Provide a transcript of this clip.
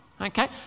Okay